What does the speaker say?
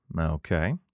Okay